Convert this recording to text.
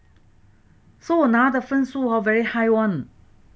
so 我拿的分数 hor very high [one]